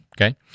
okay